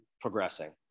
progressing